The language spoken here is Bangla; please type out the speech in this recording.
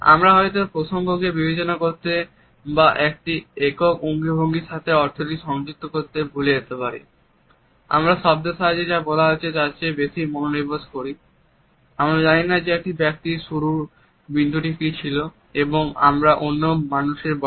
আমরা হয়তো প্রসঙ্গকে বিবেচনা করতে বা একটি একক অঙ্গভঙ্গির সাথে অর্থটি সংযুক্ত করতে ভুলে যেতে পারি